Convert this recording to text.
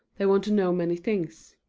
they want to know many things.